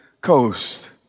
coast